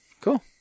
Cool